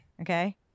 Okay